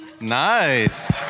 Nice